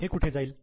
हे कुठे जाईल